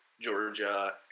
Georgia